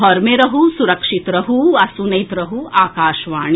घर मे रहू सुरक्षित रहू आ सुनैत रहू आकाशवाणी